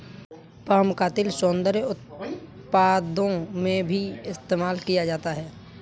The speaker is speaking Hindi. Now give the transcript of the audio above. पाम का तेल सौन्दर्य उत्पादों में भी इस्तेमाल किया जाता है